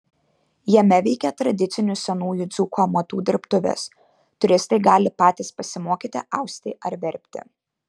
jame veikia tradicinių senųjų dzūkų amatų dirbtuvės turistai gali patys pasimokyti austi ar verpti